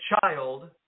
child